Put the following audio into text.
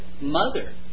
mother